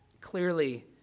clearly